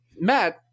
Matt